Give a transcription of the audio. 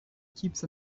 keeps